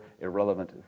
irrelevant